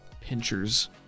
pinchers